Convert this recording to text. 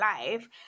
life